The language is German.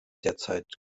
derzeit